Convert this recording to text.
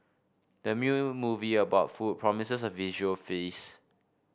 the movie about food promises a visual feast